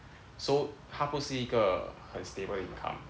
so 它不是一个很 stable income